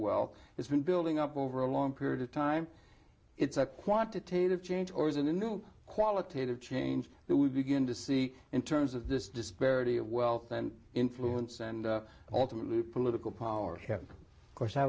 well it's been building up over a long period of time it's a quantitative change or the new qualitative change that we begin to see in terms of this disparity of wealth and influence and ultimately political power kept course i